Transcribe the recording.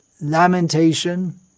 lamentation